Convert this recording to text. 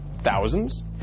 Thousands